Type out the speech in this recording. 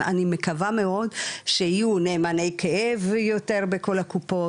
אני מקווה מאוד שיהיו נאמני כאב יותר בכל הקופות,